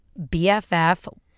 bff